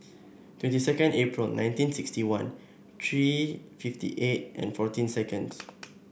twenty second April nineteen sixty one three fifty eight and fourteen seconds